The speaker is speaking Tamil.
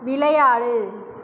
விளையாடு